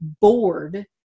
bored